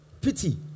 Pity